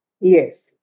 Yes